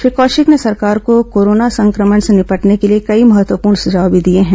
श्री कौशिक ने सरकार को कोरोना संक्रमण से निपटने के लिए कई महत्वपूर्ण सुझाव भी दिए हैं